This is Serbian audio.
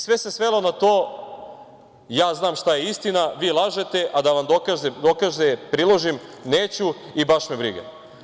Sve se svelo na to - ja znam šta je istina, vi lažete, a da vam dokaze priložim neću i baš me briga.